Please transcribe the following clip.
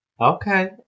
Okay